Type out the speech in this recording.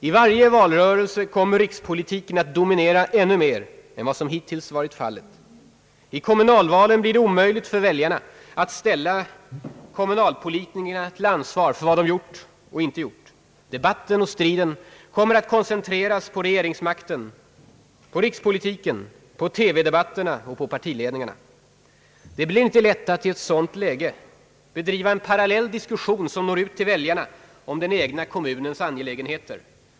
I varje valrörelse kommer rikspolitiken att dominera ännu mer än vad som hittills varit fallet. I kommunalvalen blir det omöjligt för väljarna att ställa kommunalpolitikerna till ansvar för vad de gjort och inte gjort — debatten och striden kommer att koncentreras på regeringsmakten, på rikspolitiken, på TV-debatterna och partiledningarna. Det blir inte lätt att i ett sådant läge bedriva en parallell diskussion, som når ut till väljarna, om den egna kommunens angelägenheter.